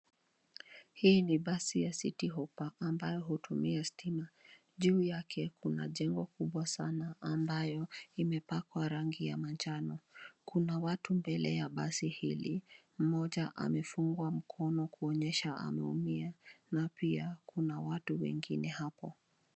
Hii ni basi ya City Hoppa ,ambayo hutumia stima. Juu yake, kuna jengo kubwa sana, ambayo imepakwa rangi ya manjano. Kuna watu mbele ya basi hili, mmoja amefungwa mkono kuonyesha ameumia na pia kuna watu wengine hapo.